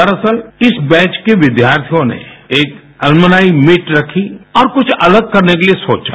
दरअसल इस बैच के विद्यार्थियों ने एक एलुमनी मीट रखी और कुछ अलग करने के लिए सोचा